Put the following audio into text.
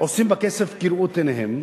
עושים בכסף כראות עיניהם,